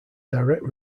direct